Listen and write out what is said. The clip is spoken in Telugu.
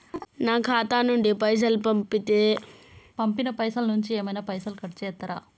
నా ఖాతా నుండి పైసలు పంపుతే పంపిన పైసల నుంచి ఏమైనా పైసలు కట్ చేత్తరా?